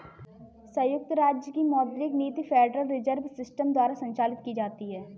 संयुक्त राज्य की मौद्रिक नीति फेडरल रिजर्व सिस्टम द्वारा संचालित की जाती है